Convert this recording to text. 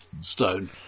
stone